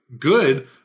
good